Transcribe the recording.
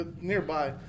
nearby